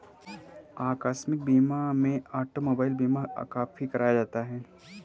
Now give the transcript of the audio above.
आकस्मिक बीमा में ऑटोमोबाइल बीमा काफी कराया जाता है